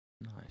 Nice